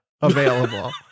available